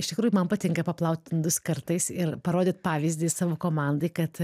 iš tikrųjų man patinka paplaut indus kartais ir parodyt pavyzdį savo komandai kad